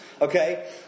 okay